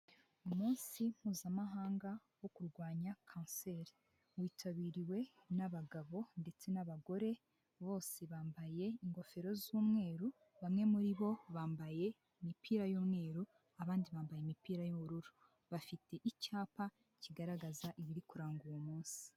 Umunsi mpuzamahanga wo kurwanya kanseri. Witabiriwe n'abagabo ndetse n'abagore bose bambaye ingofero z'umweru bamwe muri bo bambaye imipira y'umweru abandi bambaye imipira y'ubururu. Bafite icyapa kigaragaza ibiri kuranga uwo munsi.